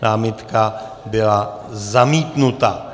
Námitka byla zamítnuta.